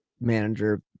manager